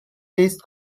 based